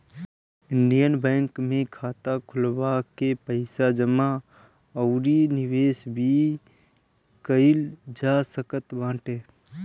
Indian Bank में खाता खोलवा के पईसा जमा अउरी निवेश भी कईल जा सकत बाटे